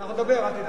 אנחנו נדבר, אל תדאג.